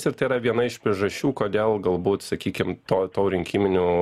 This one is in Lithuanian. ir tai yra viena iš priežasčių kodėl galbūt sakykim to to rinkiminio